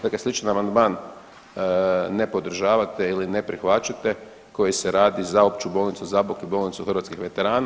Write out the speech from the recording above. Dakle, sličan amandman ne podržavate ili ne prihvaćate koji se radi za Opću bolnicu Zabok i bolnicu hrvatskih veterana.